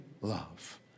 love